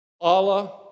Allah